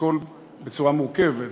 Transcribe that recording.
לשקול בצורה מורכבת.